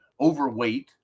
overweight